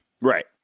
Right